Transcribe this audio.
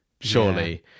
surely